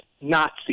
Nazi